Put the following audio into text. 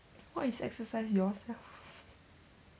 what is exercise yourself